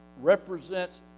represents